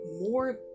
more